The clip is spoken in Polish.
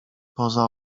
poza